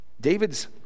David's